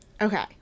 Okay